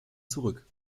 zurück